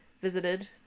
visited